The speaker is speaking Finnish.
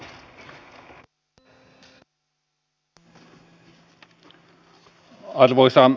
arvoisa puhemies